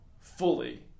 fully